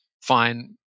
Fine